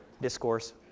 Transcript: discourse